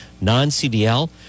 non-CDL